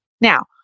Now